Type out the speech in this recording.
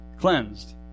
cleansed